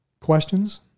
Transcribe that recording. questions